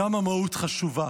גם המהות חשובה.